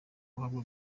uhabwa